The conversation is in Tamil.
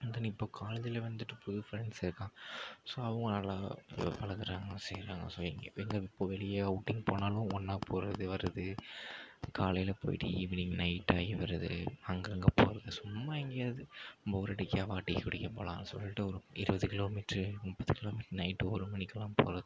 அண்ட் தென் இப்போ காலேஜ்ல வந்துவிட்டு புது ஃப்ரெண்ட்ஸ் இருக்கான் ஸோ அவங்க நல்லா பழகுறாங்க செய்யறாங்க ஸோ எங்கே இப்போ வெளியே அவுட்டிங் போனாலும் ஒன்னாக போகறது வரது காலையில் போயிவிட்டு ஈவினிங் நைட்டாயி வரது அங்கங்கே போகறது சும்மா எங்கேயாவது போர் அடிக்கிதா வா டீ குடிக்க போகலான்னு சொல்லிட்டு ஒரு இருபது கிலோ மீட்டரு முப்பது கிலோ மீட்டரு நைட்டு ஒரு மணிக்குலாம் போகறது